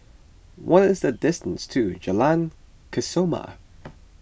what is the distance to Jalan Kesoma